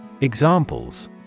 Examples